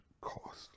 cost